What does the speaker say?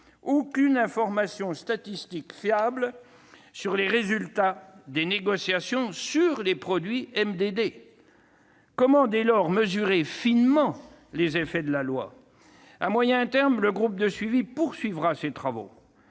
aucune information statistique fiable sur les résultats des négociations relatives aux produits MDD. Dès lors, comment mesurer finement les effets de la loi ? À moyen terme, le groupe de suivi poursuivra ses travaux,